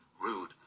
rude